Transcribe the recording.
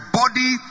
body